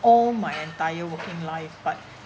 all my entire working life but